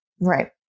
Right